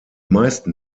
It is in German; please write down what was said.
meisten